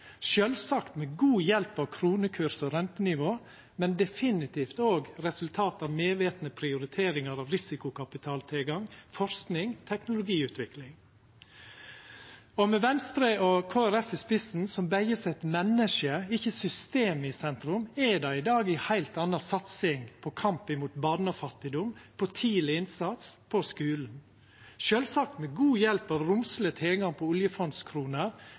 sjølvsagt med god hjelp av kronekurs og rentenivå, men definitivt òg resultat av medvetne prioriteringar av risikokapitaltilgang, forsking og teknologiutvikling. Med Venstre og Kristeleg Folkeparti i spissen, som begge set mennesket, ikkje systemet, i sentrum, er det i dag ei heilt anna satsing på kampen mot barnefattigdom, på tidleg innsats, på skulen – sjølvsagt med god hjelp av romsleg tilgang på oljefondskroner,